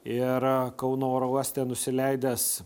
ir kauno oro uoste nusileidęs